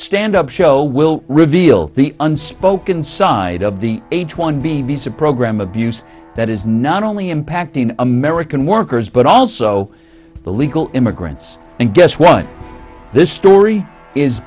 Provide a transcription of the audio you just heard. stand up show will reveal the unspoken side of the h one b visa program abuse that is not only impacting american workers but also illegal immigrants and guess what this story is